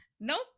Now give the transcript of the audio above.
nope